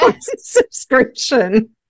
subscription